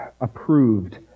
approved